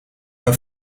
hun